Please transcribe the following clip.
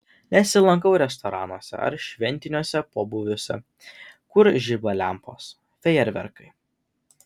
nesilankau restoranuose ar šventiniuose pobūviuose kur žiba lempos fejerverkai